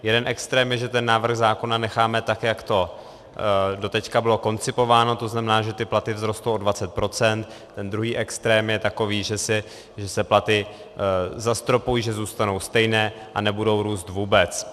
Jeden extrém je, že ten návrh zákona necháme tak, jak to doteď bylo koncipováno, to znamená, že platy vzrostou o 20 procent, ten druhý extrém je takový, že se platy zastropují, že zůstanou stejné a nebudou růst vůbec.